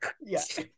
Yes